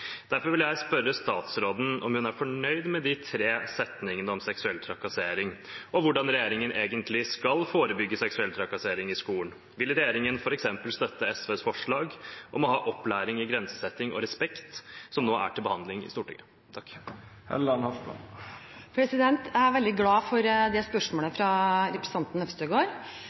Derfor vil jeg spørre statsråden om hun er fornøyd med de tre setningene om seksuell trakassering, og hvordan regjeringen egentlig skal forebygge seksuell trakassering i skolen. Vil regjeringen f.eks. støtte SVs forslag om opplæring i grensesetting og respekt, som nå er til behandling i Stortinget? Jeg er veldig glad for spørsmålet fra representanten Øvstegård.